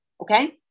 okay